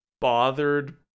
bothered